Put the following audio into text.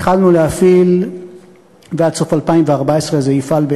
עד סוף 2014 יפעלו